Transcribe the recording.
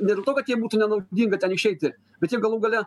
dėl to kad jiem būtų nenaudinga ten išeiti bet jie galų gale